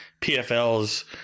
pfl's